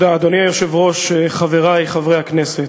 אדוני היושב-ראש, תודה, חברי חברי הכנסת,